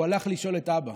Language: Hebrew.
הוא הלך לשאול את אבא.